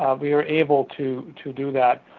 ah we are able to to do that.